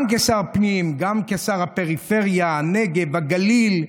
גם כשר הפנים, גם כשר הפריפריה, הנגב והגליל,